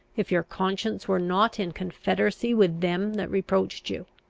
if your conscience were not in confederacy with them that reproached you?